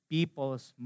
People's